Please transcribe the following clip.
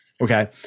okay